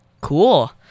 Cool